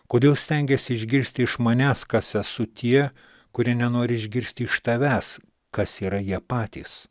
kodėl stengiesi išgirsti iš manęs kas esu tie kurie nenori išgirsti iš tavęs kas yra jie patys